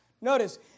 notice